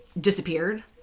disappeared